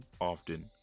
often